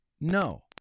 No